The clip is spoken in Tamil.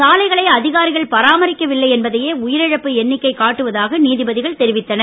சாலைகளை அதிகாரிகள் பராமரிக்கவில்லை என்பதையே உயிரிழப்பு எண்ணிக்கை காட்டுவதாக நீதிபதிகள் தெரிவித்தனர்